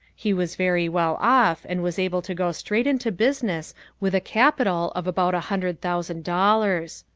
he was very well off and was able to go straight into business with a capital of about a hundred thousand dollars.